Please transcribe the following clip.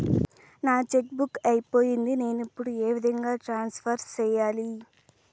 నా cheque book అయిపోయింది నేను ఇప్పుడు ఏ విధంగా ట్రాన్స్ఫర్ సేయాలి?